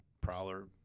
Prowler